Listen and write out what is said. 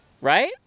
Right